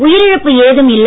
உயிரிழப்பு ஏதும் இல்லை